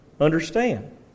understand